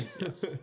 Yes